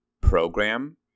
program